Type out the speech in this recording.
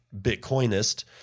Bitcoinist